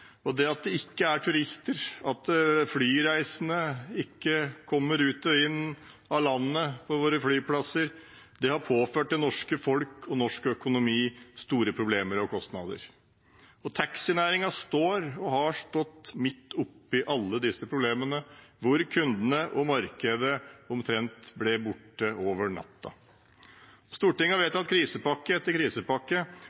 og det at det ikke er turister, og at flyreisende ikke kommer ut og inn av landet på våre flyplasser, har påført det norske folk og norsk økonomi store problemer og kostnader. Taxinæringen står og har stått midt oppi alle disse problemene, hvor kundene og markedet ble borte omtrent over natta. Stortinget har